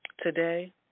today